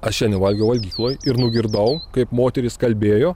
aš šiandien valgiau valgykloj ir nugirdau kaip moterys kalbėjo